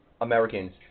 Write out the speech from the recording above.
Americans